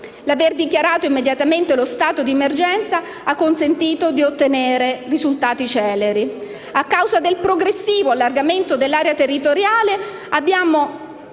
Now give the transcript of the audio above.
L'aver dichiarato immediatamente lo stato di emergenza ha consentito di ottenere risultati celeri. A causa del progressivo allargamento dell'area territoriale, causato